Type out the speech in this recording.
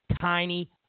tiny